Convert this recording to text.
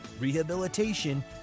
rehabilitation